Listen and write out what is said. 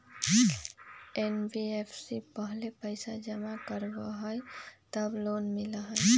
NBFC पहले पईसा जमा करवहई जब लोन मिलहई?